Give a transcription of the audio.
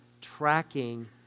tracking